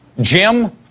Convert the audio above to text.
Jim